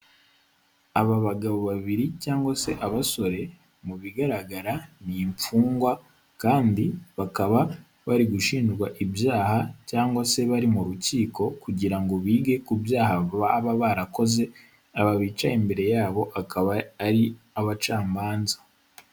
Aba bagabo babiri cyangwa se abasore, mu bigaragara ni imfungwa kandi bakaba bari gushinjwa ibyaha, cyangwa se bari mu rukiko kugira ngo bige ku byaha baba barakoze, aba bicaye imbere yabo akaba ari abacamanza.